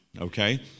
okay